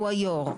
הוא היו"ר.